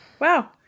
Wow